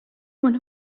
one